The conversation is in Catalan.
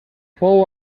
fou